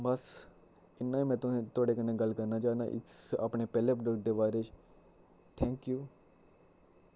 बस इन्ना ही में तुसें थोआड़े कन्नै गल्ल करना चाह्ना इस अपने पैह्ले प्रोडक्ट दे बारे च थैंक यू